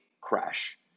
crash